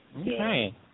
Okay